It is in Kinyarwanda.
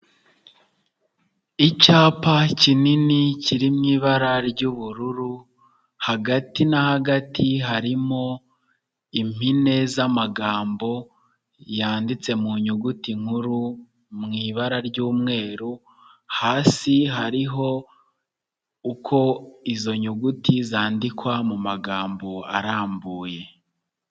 Icyapa kinini kiri mu ibara ry'ubururu hagati na hagati harimo impine z'amagambo yanditse mu nyuguti nkuru mu ibara ry'umweru, hasi hariho uko izo nyuguti zandikwa mu magambo arambuye.